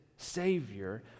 Savior